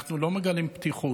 אנחנו לא מגלים פתיחות,